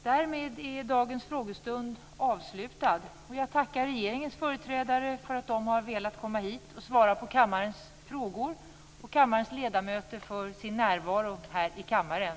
Därmed är dagens frågestund avslutad. Jag tackar regeringens företrädare för att de har velat komma hit och svara på kammarens frågor och kammarens ledamöter för deras närvaro här i kammaren.